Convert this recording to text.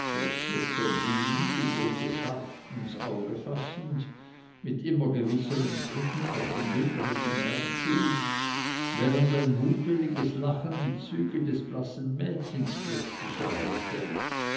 die gruppe scharf ins auge fassend mit immer gewissern schritten auf den bündnerischen herrn zu während ein mutwilliges lachen die züge des blassen mädchens plötzlich erhellte